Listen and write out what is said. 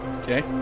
Okay